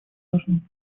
важным